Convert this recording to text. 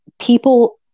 people